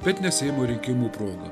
bet ne seimo rinkimų proga